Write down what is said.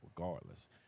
regardless